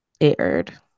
aired